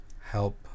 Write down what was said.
help